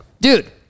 Dude